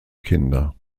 kinder